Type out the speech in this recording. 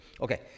okay